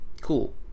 Cool